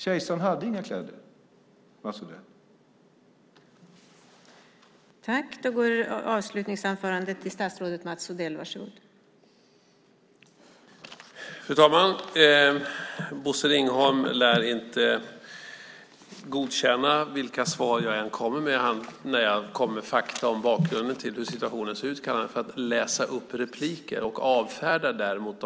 Kejsaren hade inga kläder, Mats Odell.